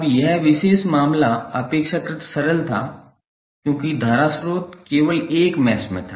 अब वह विशेष मामला अपेक्षाकृत सरल था क्योंकि धारा स्रोत केवल एक मैश में था